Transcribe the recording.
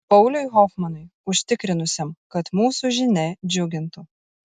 pauliui hofmanui užtikrinusiam kad mūsų žinia džiugintų